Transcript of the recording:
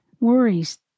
worries